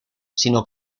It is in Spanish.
sino